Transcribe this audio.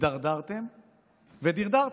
הידרדרתם ודרדרתם.